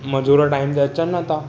मजूर टाइम ते अचनि नथा